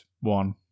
one